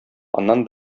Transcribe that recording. аннан